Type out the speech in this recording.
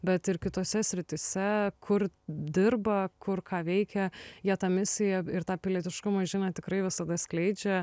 bet ir kitose srityse kur dirba kur ką veikia jie tą misiją ir tą pilietiškumo žinią tikrai visada skleidžia